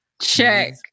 Check